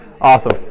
Awesome